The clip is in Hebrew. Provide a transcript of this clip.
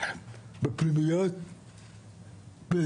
אני